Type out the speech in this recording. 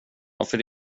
varför